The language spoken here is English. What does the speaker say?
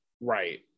right